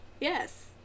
yes